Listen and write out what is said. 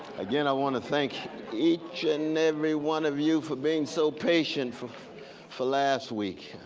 again, i want to thank each and every one of you for being so patient for for last week.